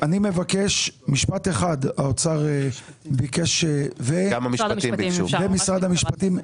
משפט אחד שביקש האוצר ומשרד המשפטים.